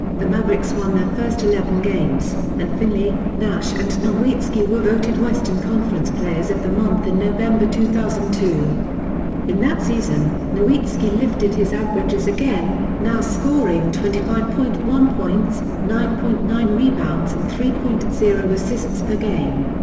the mavericks won their first eleven games, and finley, nash and nowitzki were voted western conference players of the month in november two thousand and in that season, nowitzki lifted his averages again, now scoring twenty five point one points, nine point nine rebounds and three point zero assists per game.